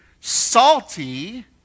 salty